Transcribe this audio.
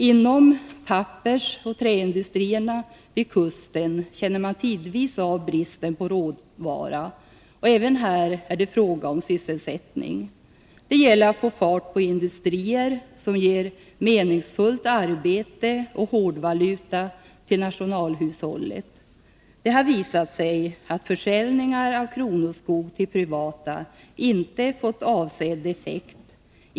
Inom pappersoch träindustrierna vid kusten känner man tidvis av bristen på råvara. Även här är det fråga om sysselsättning. Det gäller att få fart på industrier som ger meningsfullt arbete och hårdvaluta till nationalhushållet. Det har visat sig att försäljningar av kronoskog till privata intressen inte fått avsedd effekt.